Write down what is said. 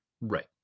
Right